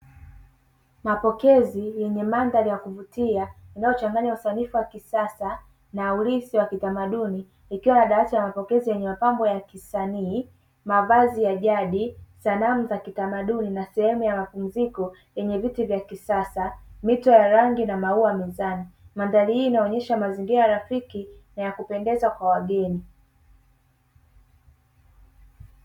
Mapokezi yenye mandhari ya kuvutia, inayochanganya usanifu wa kisasa na urithi wa kitamaduni. Ikiwa na dawati la mapokezi yenye mapambo ya kisanii, mavazi ya jadi, sanamu za kitamaduni na sehemu ya mafunziko yenye viti vya kisasa, mito ya rangi na maua mezani. Mandhari hii inaonesha mazingira rafiki na ya kupendeza kwa wageni.